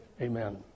Amen